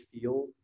feel